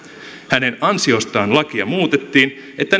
hänen ansiostaan lakia muutettiin että